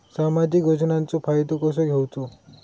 सामाजिक योजनांचो फायदो कसो घेवचो?